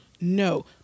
No